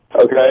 Okay